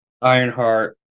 Ironheart